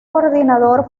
coordinador